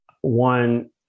one